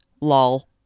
Lol